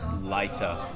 later